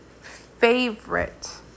favorite